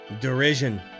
derision